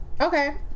Okay